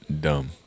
Dumb